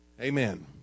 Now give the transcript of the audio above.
amen